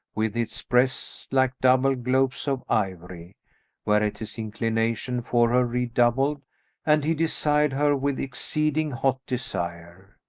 with its breasts like double globes of ivory whereat his inclination for her redoubled and he desired her with exceeding hot desire,